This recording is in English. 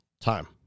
time